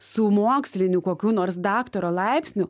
su moksliniu kokiu nors daktaro laipsniu